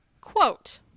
quote